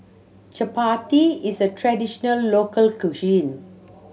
chapati is a traditional local cuisine